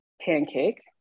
pancake